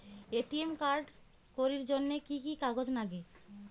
ATM card করির জন্যে কি কি কাগজ নাগে?